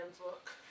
look